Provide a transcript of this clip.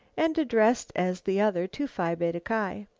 and addressed as the other to phi beta ki.